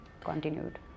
continued